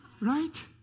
Right